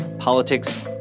Politics